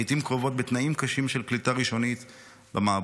לעיתים קרובות בתנאים קשים של קליטה ראשונית במעברות.